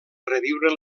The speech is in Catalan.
reviure